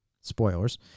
spoilers